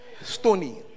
Stony